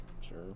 Sure